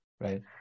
right